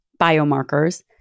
biomarkers